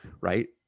right